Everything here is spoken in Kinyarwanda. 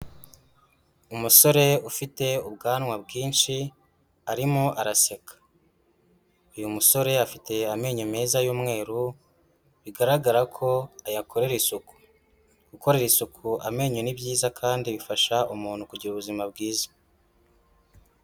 Umusore ufite ubwanwa bwinshi arimo araseka, uyu musore afite amenyo meza y'umweru, bigaragara ko ayakorera isuku, gukorera isuku amenyo ni byiza, kandi bifasha umuntu kugira ubuzima bwiza.